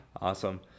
awesome